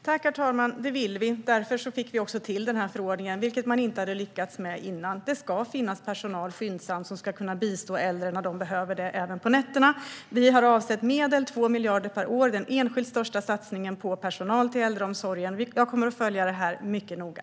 Herr talman! Det vill vi. Därför fick vi också till den här förordningen, vilket man inte hade lyckats med innan. Det ska finnas personal som skyndsamt kan bistå äldre när de behöver det, även på nätterna. Vi har avsatt medel, 2 miljarder per år - den enskilt största satsningen på personal till äldreomsorgen. Jag kommer att följa detta mycket noga.